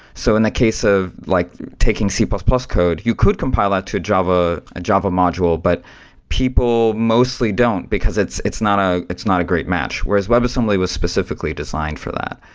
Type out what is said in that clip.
so in the case of like taking c plus plus code, you could compile that to a java module, but people mostly don't, because it's it's not ah it's not a great match, whereas webassembly was specifically designed for that.